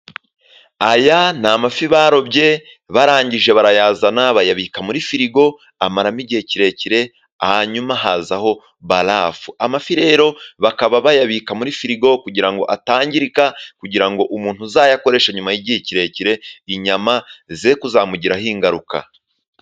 Aya ni amafi barobye barangije barayazana bayabika muri firigo, amaramo igihe kirekire hanyuma hazaho barafu. Amafi rero bakaba bayabika muri firigo kugira ngo atangirika, kugira ngo umuntu uzayakoresha nyuma y'igihe kirekire, inyama zitazamugiraho ingaruka.